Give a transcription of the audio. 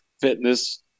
fitness